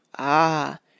Ah